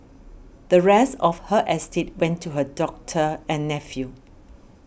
the rest of her estate went to her doctor and nephew